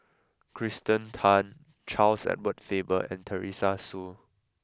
Kirsten Tan Charles Edward Faber and Teresa Hsu